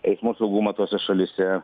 eismo saugumą tose šalyse